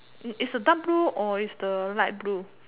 is a dark blue or is the light blue